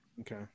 Okay